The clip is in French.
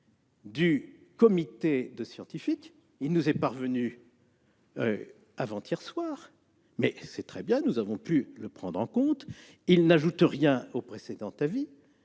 du conseil scientifique. Il nous est parvenu avant-hier soir ; c'est très bien : nous avons pu le prendre en compte. Il n'ajoute rien au précédent avis.